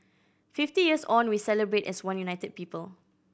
fifty years on we celebrate as one united people